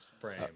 frame